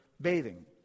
bathing